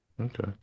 Okay